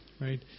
right